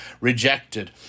rejected